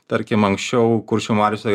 tarkim anksčiau kuršių mariose